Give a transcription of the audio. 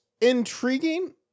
intriguing